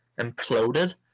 imploded